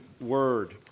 word